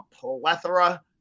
plethora